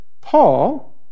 Paul